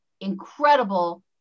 incredible